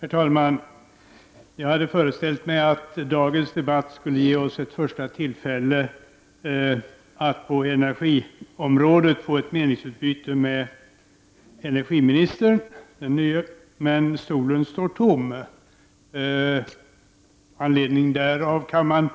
Herr talman! Jag hade föreställt mig att dagens debatt skulle ge oss ett första tillfälle att på energiområdet få ett meningsutbyte med den nye energiministern, men hans stol står tom. Med anledning härav kan man